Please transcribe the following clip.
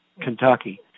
Kentucky